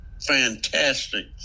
fantastic